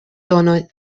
tono